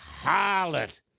harlot